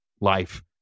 life